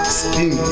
skin